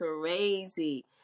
crazy